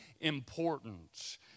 importance